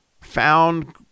found